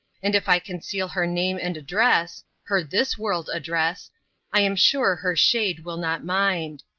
and if i conceal her name and address her this-world address i am sure her shade will not mind.